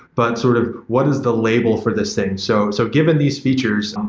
but sort of what is the label for this thing. so so given these features,